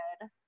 good